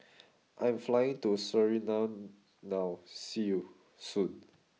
I am flying to Suriname now see you soon